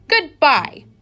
Goodbye